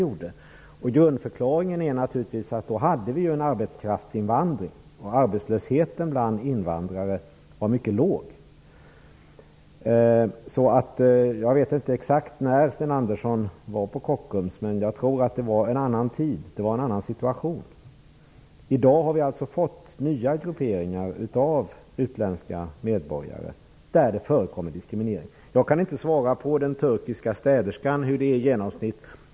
Grundförklaringen är naturligtvis att vi då hade en arbetskraftsinvandring och att arbetslösheten bland invandrare var mycket låg. Jag vet inte exakt när Sten Andersson var på Kockums, men jag tror att det var en annan tid, en annan situation. I dag har vi alltså fått nya grupperingar av utländska medborgare där det förekommer diskriminering. Jag kan inte svara på frågan om den turkiska städerskan, var hon ligger i genomsnitt.